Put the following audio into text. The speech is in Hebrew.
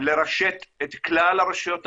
לרשת את כלל הרשויות המקומיות,